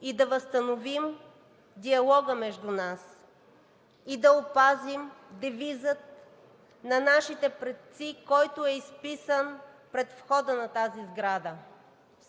и да възстановим диалога между нас и да опазим девиза на нашите предци, изписан пред входа на тази сграда: